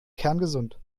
kerngesund